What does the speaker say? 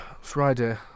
Friday